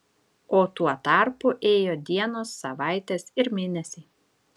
o tuo tarpu ėjo dienos savaitės ir mėnesiai